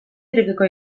irekiko